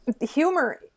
Humor